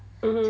mmhmm